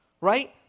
right